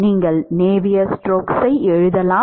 நீங்கள் Navier Stoke ஐ எழுதலாம்